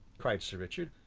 cried sir richard.